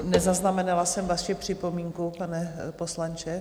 Nezaznamenala jsem vaši připomínku, pane poslanče.